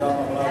רונית גם אמרה,